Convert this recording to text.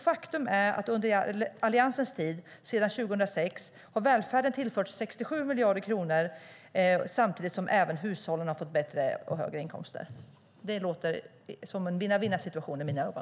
Faktum är att välfärden under Alliansens tid, sedan 2006, har tillförts 67 miljarder kronor - samtidigt som även hushållen har fått bättre och högre inkomster. Det låter som en vinna-vinna-situation i mina öron.